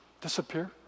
disappear